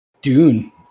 dune